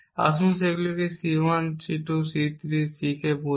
আসুন আমরা সেগুলিকে C 1 C 2 C 3 C k বলি